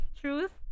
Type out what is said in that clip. truth